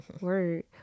Word